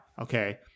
okay